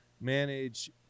manage